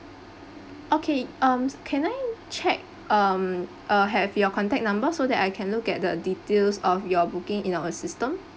okay um can I check um uh have your contact number so that I can look at the details of your booking in our system